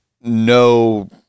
no